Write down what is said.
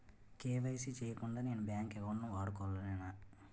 KYC చేయకుండా నేను bank account వాడుకొలేన?